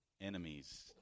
enemies